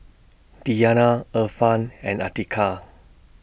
Diyana Irfan and Atiqah